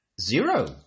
zero